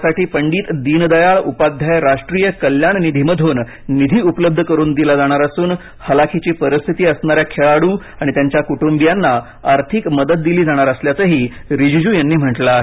यासाठी पंडित दीनदयाळ उपाध्याय राष्ट्रीय कल्याण निधीमधून निधी उपलब्ध करून दिला जाणार असून हलाखीची परिस्थती असणा या खेळाडू आणि त्यांच्या कुटुंबियांना आर्थिक मदत दिली जाणार असल्याचं रीजीजू यांनी म्हटलं आहे